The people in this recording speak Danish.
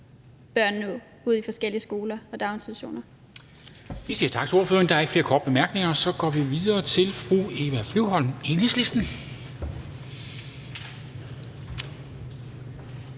Formanden (Henrik Dam Kristensen): Vi siger tak til ordføreren. Der er ikke flere korte bemærkninger. Så går vi videre til fru Eva Flyvholm, Enhedslisten.